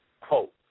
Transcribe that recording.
Quote